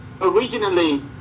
originally